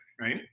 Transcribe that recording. right